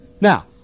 Now